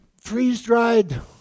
freeze-dried